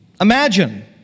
Imagine